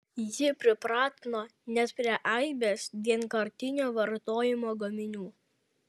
ji pripratino net prie aibės vienkartinio vartojimo gaminių